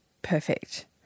Perfect